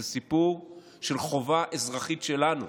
זה סיפור של חובה אזרחית שלנו